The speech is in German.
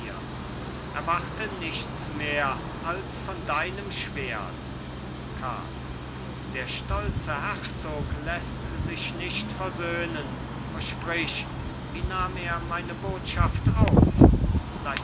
erwarte nichts mehr als von deinem schwert karl der stolze herzog läßt sich nicht versöhnen o sprich wie nahm er meine botschaft auf